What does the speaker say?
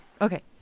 Okay